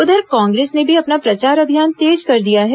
उधर कांग्रेस ने भी अपना प्रचार अभियान तेज कर दिया है